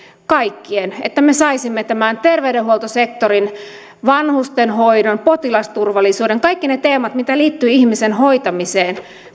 kaikkien että me saisimme tämän terveydenhuoltosektorin vanhustenhoidon potilasturvallisuuden kaikki ne teemat mitä liittyy ihmisen hoitamiseen